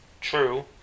True